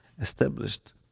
established